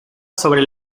sobre